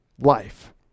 Life